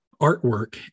artwork